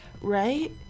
Right